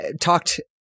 talked